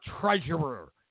treasurer